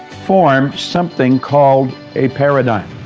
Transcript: formed something called a paradigm.